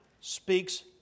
speaks